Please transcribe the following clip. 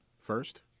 first